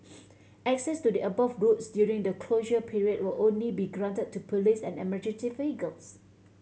access to the above roads during the closure period will only be granted to police and emergency vehicles